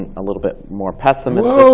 a little bit more pessimistic.